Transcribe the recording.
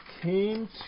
came